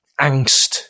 angst